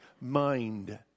mind